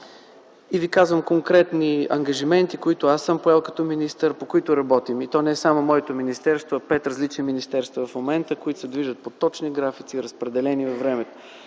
Ще ви кажа конкретните ангажименти, които съм поел като министър и по които работим – и то не само моето министерство, а пет различни министерства в момента, които се движат по точни графици, разпределени във времето.